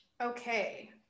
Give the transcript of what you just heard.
okay